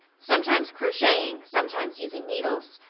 sometimes crocheting, sometimes using needles.